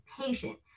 patient